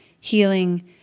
healing